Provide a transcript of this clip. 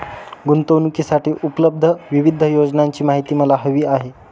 गुंतवणूकीसाठी उपलब्ध विविध योजनांची माहिती मला हवी आहे